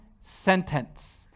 sentence